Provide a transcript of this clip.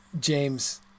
James